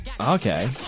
Okay